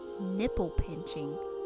nipple-pinching